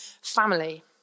family